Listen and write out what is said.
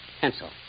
pencil